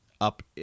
up